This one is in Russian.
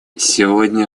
сегодня